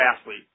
athlete